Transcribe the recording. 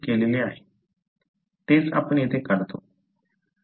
तेच आपण येथे काढतो